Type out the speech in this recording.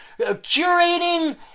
Curating